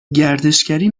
گردشگری